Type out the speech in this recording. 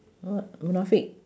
what munafik